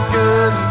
good